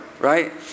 Right